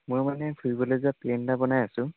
মই মানে ফুৰিবলৈ যোৱা প্লেন এটা বনাই আছোঁ